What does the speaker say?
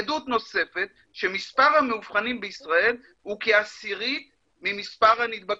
עדות נוספת שמספר המאובחנים בישראל הוא כעשירית ממספר הנדבקים.